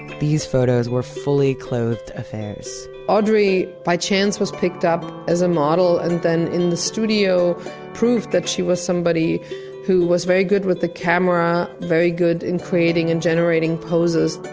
these photos were fully clothed affairs. audrey by chance was picked up as a model, and then in the studio proved that she was somebody who was very good with the camera very good in creating and generating poses.